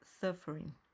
suffering